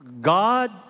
God